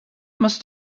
must